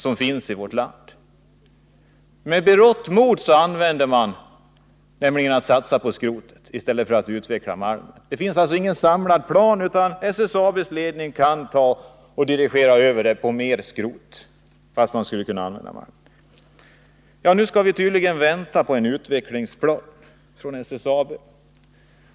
Det finns alltså ingen samlad plan, utan SSAB:s ledning kan omdirigera verksamheten, så att man i större utsträckning går över till skrot trots att man skulle kunna satsa på malmen. Nu skall vi tydligen vänta på en utvecklingsplan från SSAB.